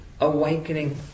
awakening